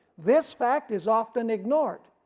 this fact is often ignored.